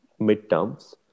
midterms